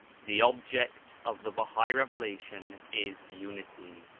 the object of the bahai revelation is unity